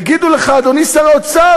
יגידו לך: אדוני שר האוצר,